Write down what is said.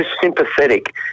sympathetic